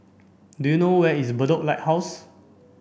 do you know where is Bedok Lighthouse